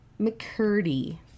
McCurdy